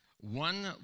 One